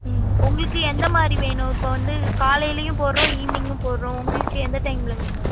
ம் உங்களுக்கு எந்த மாதிரி வேணும் இப்போ வந்து காலையிலேயும் போடுகிறோம் ஈவினிங்கும் போடுகிறோம் உங்களுக்கு எந்த டைமில் வேணும்